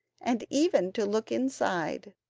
and even to look inside.